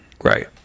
Right